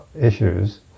issues